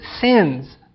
sins